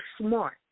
smart